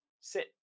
sit